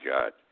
God